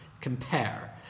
compare